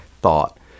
thought